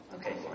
Okay